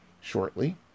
shortly